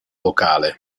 locale